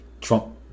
Trump